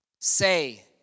say